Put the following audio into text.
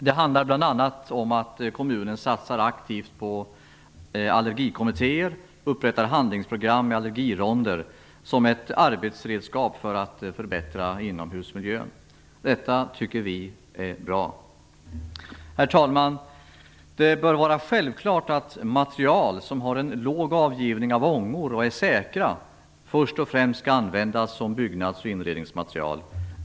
Det handlar bl.a. om att kommuner satsar aktivt på allergikommittéer och upprättar handlingsprogram med allergironder som ett arbetsredskap för att förbättra inomhusmiljön. Detta tycker vi är bra. Herr talman! Det bör vara självklart att material som har en låg avgivning av ångor och är säkra först och främst skall användas som byggnads och inredningsmaterial.